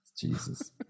Jesus